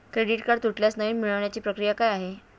Credit card तुटल्यास नवीन मिळवण्याची प्रक्रिया काय आहे?